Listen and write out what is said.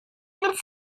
kurz